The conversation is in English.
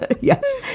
Yes